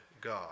God